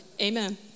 Amen